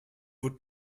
would